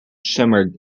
shimmered